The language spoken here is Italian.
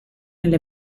nelle